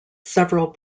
several